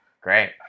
Great